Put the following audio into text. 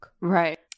right